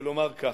ולומר כך,